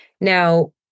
Now